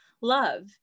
love